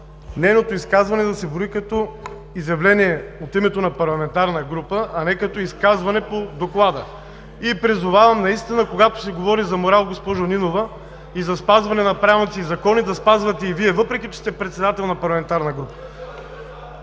нейното изказване да се брои като изявление от името на Парламентарна група, а не като изказване по Доклада и призовавам наистина, когато се говори за морал, госпожо Нинова, и за спазване на правилници и на закони, да спазвате и Вие, въпреки че сте председател на парламентарна група!